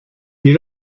you